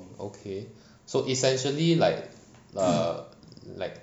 okay so essentially like err like